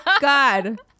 God